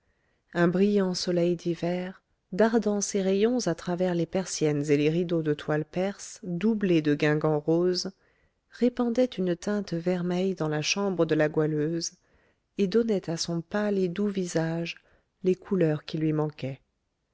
un brillant soleil d'hiver dardant ses rayons à travers les persiennes et les rideaux de toile perse doublée de guingan rose répandait une teinte vermeille dans la chambre de la goualeuse et donnait à son pâle et doux visage les couleurs qui lui manquaient